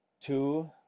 Two